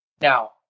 now